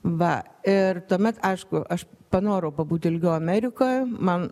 va ir tuomet aišku aš panorau pabūt ilgiau amerikoj man